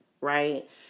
right